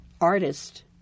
artist